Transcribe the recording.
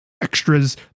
extras